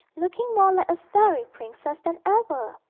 looking more like a fairy princess than ever.